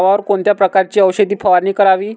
गव्हावर कोणत्या प्रकारची औषध फवारणी करावी?